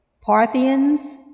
Parthians